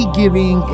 giving